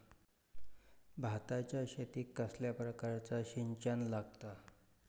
भाताच्या शेतीक कसल्या प्रकारचा सिंचन लागता?